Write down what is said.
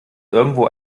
irgendwo